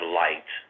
light